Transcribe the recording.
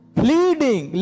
pleading